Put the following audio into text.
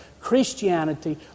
Christianity